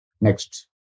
Next